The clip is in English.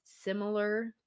similar